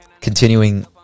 continuing